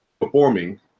performing